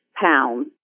pounds